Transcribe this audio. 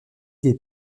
des